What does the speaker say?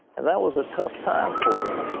and that was a tough time for them.